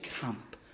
camp